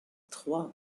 trois